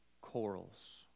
corals